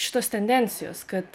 šitos tendencijos kad